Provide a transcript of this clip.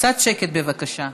קצת שקט, בבקשה.